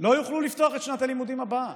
לא יוכלו לפתוח את שנת הלימודים הבאה,